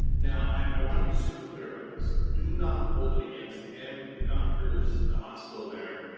now i want to be super clear about this, do not hold it against him, the doctors, the hospital there.